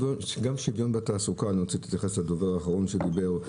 שגם שוויון בתעסוקה אני רוצה להתייחס לדובר האחרון שדיבר.